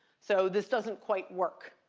so this doesn't quite work.